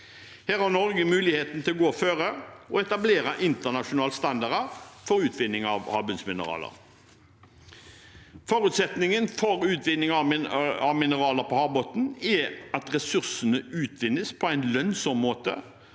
Her har Norge muligheten til å gå foran og etablere internasjonale standarder for utvinning av havbunnsmineraler. Forutsetningen for utvinning av mineraler på havbunnen er at ressursene utvinnes på en lønnsom måte,